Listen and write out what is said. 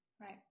Right